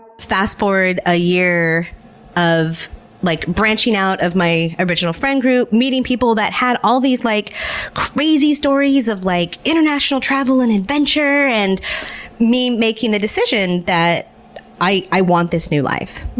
fast-forward a year of like branching out of my original friend group, meeting people that had all these like crazy stories of like international travel and adventure, and me making the decision that i i want this new life.